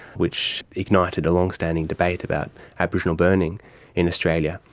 which ignited a long-standing debate about aboriginal burning in australia.